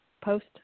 post